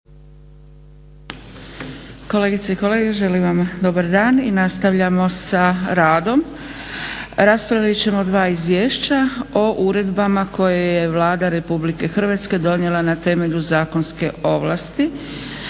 Kolegice i kolege, želim vam dobar dan i nastavljamo sa radom. Raspravit ćemo dva izvješća - a) Izvješće o uredbama koje je Vlada Republike Hrvatske donijela na temelju zakonske ovlasti